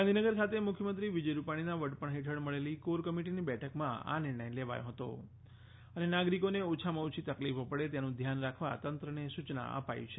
ગાંધીનગર ખાતે મુખ્યમંત્રી વિજય રૂપાણીના વડપણ હેઠળ મળેલી કોર કમિટીની બેઠકમાં આ નિર્ણય લેવાયો હતો અને નાગરિકોને ઓછામાં ઓછી તકલીફો પડે તેનું ધ્યાન રાખવા તંત્રને સૂયના અપાઈ છે